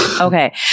Okay